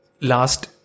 last